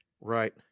Right